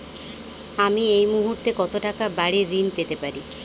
আমি এই মুহূর্তে কত টাকা বাড়ীর ঋণ পেতে পারি?